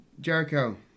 Jericho